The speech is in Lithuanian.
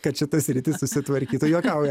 kad šita sritis susitvarkytų juokauju